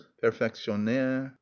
perfectionner